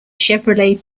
chevrolet